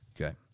Okay